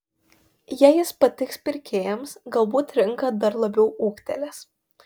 jei jis patiks pirkėjams galbūt rinka dar labiau ūgtelės